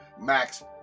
Max